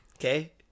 Okay